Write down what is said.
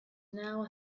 now